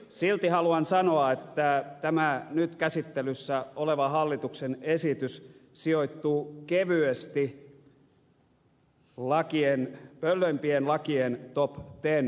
silti haluan sanoa että tämä nyt käsittelyssä oleva hallituksen esitys sijoittuu kevyesti pöllöim pien lakien top ten listalle